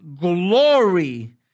glory